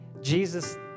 Jesus